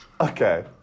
Okay